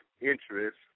interest